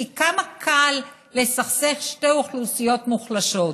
כי כמה קל לסכסך שתי אוכלוסיות מוחלשות,